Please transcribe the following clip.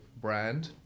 brand